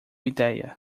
ideia